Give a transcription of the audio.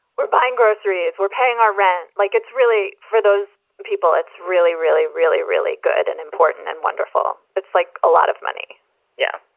we're buying groceries, we're paying our rent. like it's really for those people. it's really, really, really, really good and important and wonderful. it's like a lot of money yeah,